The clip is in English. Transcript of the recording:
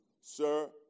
Sir